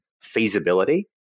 Feasibility